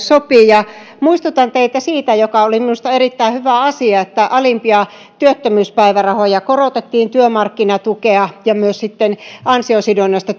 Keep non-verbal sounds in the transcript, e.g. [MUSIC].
[UNINTELLIGIBLE] sopii ja muistutan teitä siitä mikä oli minusta erittäin hyvä asia että korotettiin alimpia työttömyyspäivärahoja työmarkkinatukea ja myös an siosidonnaista [UNINTELLIGIBLE]